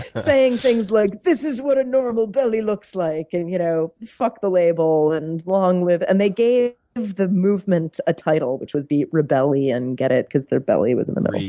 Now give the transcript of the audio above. saying things like, this is what a normal belly looks like, and, you know fuck the label, and, long live and they gave the movement a title, which was the rebellyon get it? because their belly was in the middle.